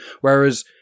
whereas